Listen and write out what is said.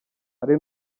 hari